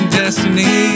destiny